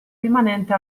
rimanente